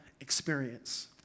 experience